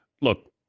Look